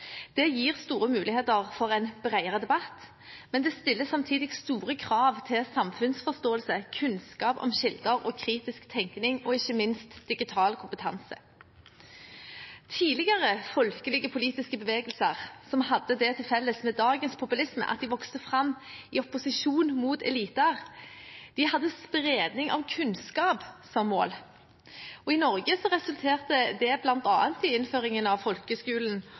Det gir store muligheter for en bredere debatt, men det stiller samtidig store krav til samfunnsforståelse, kunnskap om kilder og kritisk tenkning, og ikke minst digital kompetanse. Tidligere folkelige politiske bevegelser som hadde det til felles med dagens populisme at de vokste fram i opposisjon mot eliter, hadde spredning av kunnskap som mål. I Norge resulterte det bl.a. i innføringen av folkeskolen